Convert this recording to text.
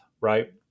right